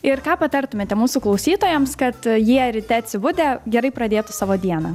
ir ką patartumėte mūsų klausytojams kad jie ryte atsibudę gerai pradėtų savo dieną